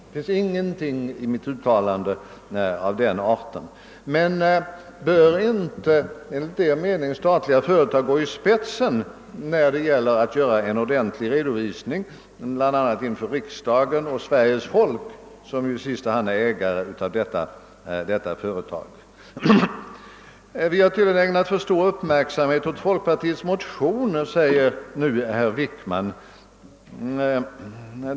Det finns ingenting av denna art i mitt uttalande. Men bör inte enligt Er mening statliga företag gå i spetsen när det gäller att lämna en ordentlig redovisning, bl.a. inför riksdagen och Sveriges folk, som i sista hand är ägare av detta företag? Vi har tydligen ägnat för stor uppmärksamhet åt folkpartiets motion, säger herr Wickman nu.